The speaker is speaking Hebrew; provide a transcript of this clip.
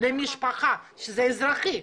שזה אזרחי,